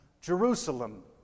Jerusalem